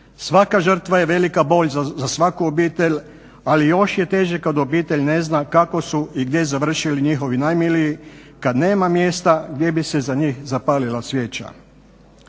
Svaka žrtva je velika bol za svaku obitelj ali još je teže kada obitelj ne zna kako su i gdje završili njihovi najmiliji kada nema mjesta gdje bi se za njih zapalila svijeća.